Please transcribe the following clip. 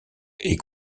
est